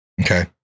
Okay